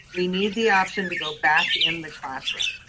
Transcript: we need the option to go back in the classroom.